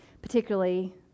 particularly